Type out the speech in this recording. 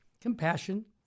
compassion